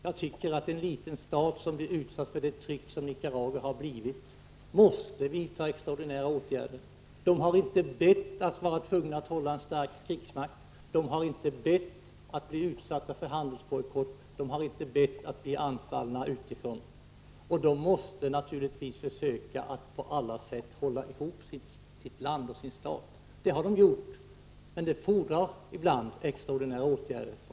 Jag tycker att en liten stat som blir utsatt för det tryck som Nicaragua har blivit utsatt för måste vidta extraordinära åtgärder. Nicaragua har inte bett om att tvingas hålla en stark krigsmakt, inte bett om att bli utsatt för handelsbojkott, inte bett om att bli anfallet utifrån. Och man måste naturligtvis på alla sätt försöka hålla ihop sitt land och sin stat. Det har man gjort — men det fordrar ibland extraordinära åtgärder.